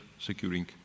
securing